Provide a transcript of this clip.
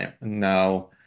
now